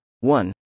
one